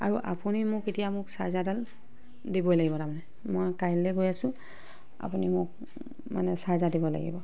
আৰু আপুনি মোক এতিয়া মোক চাৰ্জাৰডাল দিবই লাগিব তাৰমানে মই কাইলৈ গৈ আছো আপুনি মোক মানে চাৰ্জাৰ দিব লাগিব